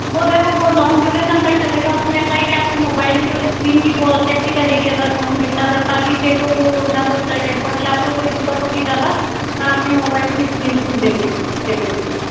वो देखो वो लॉन्ग ड्यूरेशन तक चलेगा उसमें ऐसा है कि उसमें आपके मोबाइल की और स्क्रीन कि बहुत सेफ्टी रहेगी अगर फ़ोन गिरता करता भी है तो न तो टेम्पर्ट ग्लास को दिक्कत होगी ज़्यादा न आपके मोबाइल की स्क्रीन कुछ डैमेड होगी डैमेज होगी